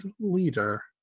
leader